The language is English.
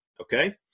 Okay